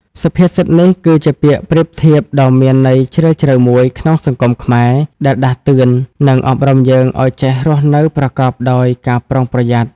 សុភាសិតនេះ គឺជាពាក្យប្រៀបធៀបដ៏មានន័យជ្រាលជ្រៅមួយក្នុងសង្គមខ្មែរ ដែលដាស់តឿន និងអប់រំយើងឲ្យចេះរស់នៅប្រកបដោយការប្រុងប្រយ័ត្ន។